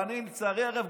לצערי הרב,